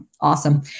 awesome